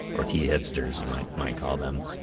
or tea hipsters you might might call them,